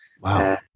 wow